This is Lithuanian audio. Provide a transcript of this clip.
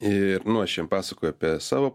ir nu aš jiem pasakoju apie savo